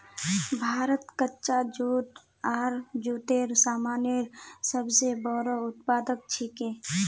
भारत कच्चा जूट आर जूटेर सामानेर सब स बोरो उत्पादक छिके